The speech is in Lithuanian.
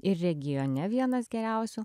ir regione vienas geriausių